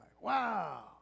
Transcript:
wow